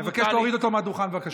אני מבקש להוריד אותו מהדוכן, בבקשה.